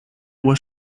was